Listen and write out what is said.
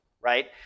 right